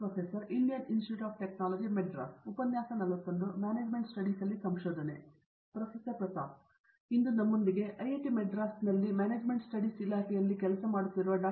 professor Pratap Haridoss ಇಂದು ನಮ್ಮೊಂದಿಗೆ IIT ಮದ್ರಾಸ್ನಲ್ಲಿ ಮ್ಯಾನೇಜ್ಮೆಂಟ್ ಸ್ಟಡೀಸ್ ಇಲಾಖೆಯ ಡಾ